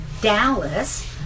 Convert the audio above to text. Dallas